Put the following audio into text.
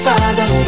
Father